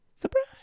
Surprise